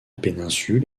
péninsule